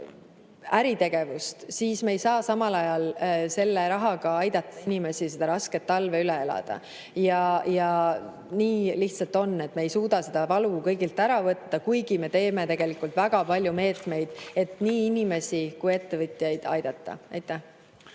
siis me ei saa samal ajal selle rahaga aidata inimesi, et seda rasket talve üle elada. Nii lihtsalt on. Me ei suuda seda valu kõigilt ära võtta, kuigi me teeme tegelikult väga palju meetmeid, et nii inimesi kui ka ettevõtjaid aidata. Tänan!